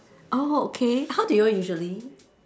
oh okay how do you all usually